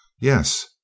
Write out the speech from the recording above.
Yes